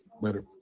later